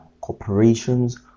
corporations